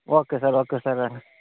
okay sir okay sir